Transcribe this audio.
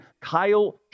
Kyle